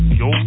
yo